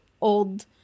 old